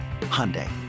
Hyundai